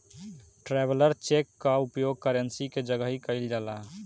traveller cheque कअ उपयोग currency के जगही कईल जाला